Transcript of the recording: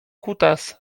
kutas